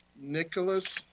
Nicholas